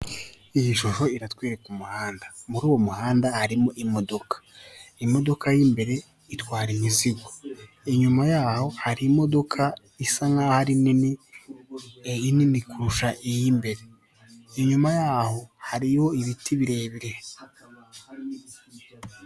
Iyi shusho iratwereka umuhanda muri uwo muhanda harimo imodoka. Imodoka y'imbere itwara imizigo inyuma yaho hari imodoka isa nkaho ari nini inini kurusha iy'imbere inyuma yaho hariho ibiti birebire.